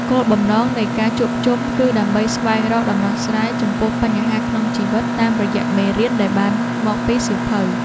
គោលបំណងនៃការជួបជុំគឺដើម្បីស្វែងរកដំណោះស្រាយចំពោះបញ្ហាក្នុងជីវិតតាមរយៈមេរៀនដែលបានមកពីសៀវភៅ។